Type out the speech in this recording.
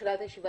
הישיבה